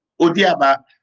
Odiaba